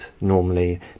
normally